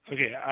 Okay